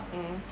mm